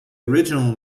original